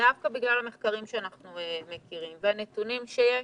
דווקא בגלל המחקרים שאנחנו מכירים והנתונים שיש,